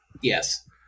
Yes